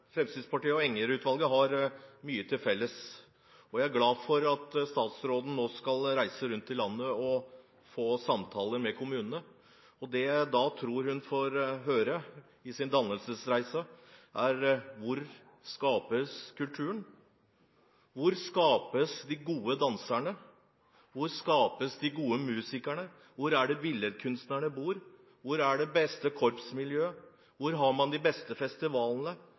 Fremskrittspartiet og Enger-utvalget har mye til felles, og jeg er glad for at statsråden nå skal reise rundt i landet og ha samtaler med kommunene. Det jeg tror hun får høre i sin dannelsesreise, er hvor kulturen skapes. Hvor skapes de gode danserne? Hvor skapes de gode musikerne? Hvor er det billedkunstnerne bor? Hvor er det beste korpsmiljøet? Hvor har man de beste festivalene?